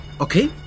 okay